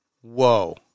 Whoa